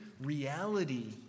reality